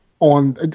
On